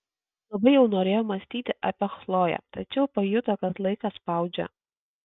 labai jau norėjo mąstyti apie chloję tačiau pajuto kad laikas spaudžia